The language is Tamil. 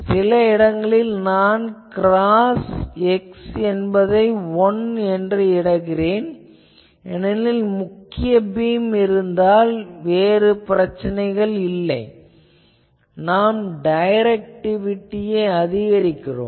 சில இடங்களில் நான் கிராஸ் x என்பது 1 என இடுகிறேன் ஏனெனில் முக்கிய பீம் இருந்தால் வேறு பிரச்சனை இல்லை நாம் டைரக்டிவிட்டியை அதிகரிக்கிறோம்